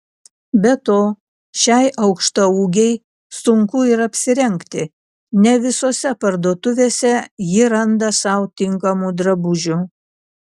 be to šiai aukštaūgei sunku ir apsirengti ne visose parduotuvėse ji randa sau tinkamų drabužių